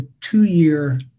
two-year